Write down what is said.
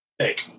take